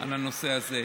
על הנושא הזה.